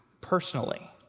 personally